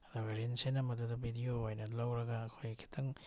ꯑꯗꯨꯒ ꯔꯤꯜꯁꯁꯤꯅ ꯃꯗꯨꯗ ꯕꯤꯗꯤꯑꯣ ꯑꯣꯏꯅ ꯂꯧꯔꯒ ꯑꯩꯈꯣꯏ ꯈꯤꯇꯪ